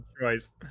choice